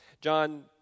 John